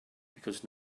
because